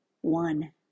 one